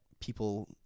people